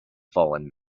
fallen